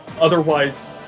Otherwise